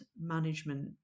management